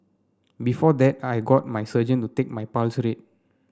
before that I got my surgeon to take my pulse rate